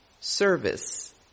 service